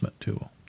tool